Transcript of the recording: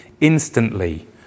instantly